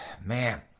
Man